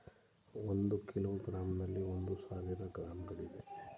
ಒಂದು ಕಿಲೋಗ್ರಾಂನಲ್ಲಿ ಒಂದು ಸಾವಿರ ಗ್ರಾಂಗಳಿವೆ